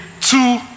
two